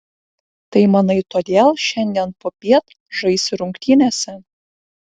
tai manai todėl šiandien popiet žaisi rungtynėse